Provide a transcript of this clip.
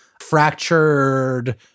fractured